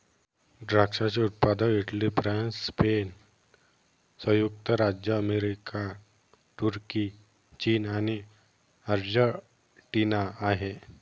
द्राक्षाचे उत्पादक Italy, France, Spain, संयुक्त राज्य अमेरिका, तुर्की, चीन आणि अर्जेंटिना आहे